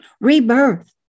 rebirth